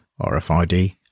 RFID